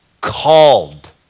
called